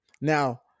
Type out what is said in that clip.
Now